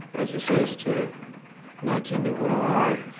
as he says, to nudge into what i owe.